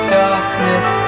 darkness